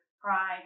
pride